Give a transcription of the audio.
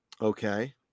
Okay